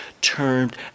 termed